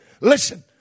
listen